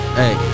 hey